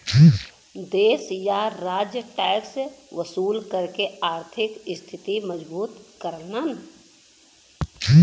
देश या राज्य टैक्स वसूल करके आर्थिक स्थिति मजबूत करलन